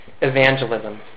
evangelism